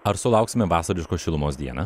ar sulauksime vasariškos šilumos dieną